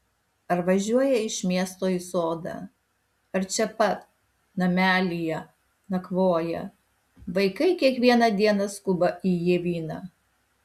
ar važiuoja iš miesto į sodą ar čia pat namelyje nakvoja vaikai kiekvieną dieną skuba į ievyną